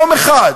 יום אחד,